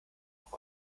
nach